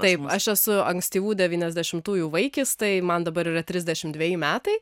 taip aš esu ankstyvų devyniasdešimtųjų vaikis tai man dabar yra trisdešim dveji metai